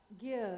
Give